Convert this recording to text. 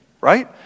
right